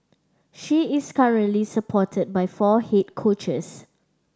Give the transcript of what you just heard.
she is currently supported by four head coaches